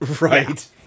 right